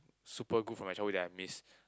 super good from my childhood that I missed